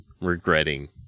regretting